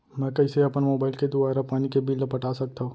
मैं कइसे अपन मोबाइल के दुवारा पानी के बिल ल पटा सकथव?